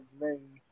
name